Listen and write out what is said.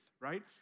right